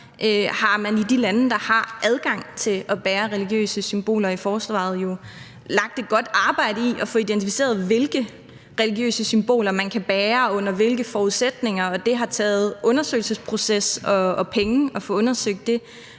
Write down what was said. har man i de lande, der har adgang til at bære religiøse symboler i forsvaret, lagt et godt arbejde i at få identificeret, hvilke religiøse symboler man kan bære, og under hvilke forudsætninger. Og det har kostet tid til en undersøgelsesproces og penge at få undersøgt det,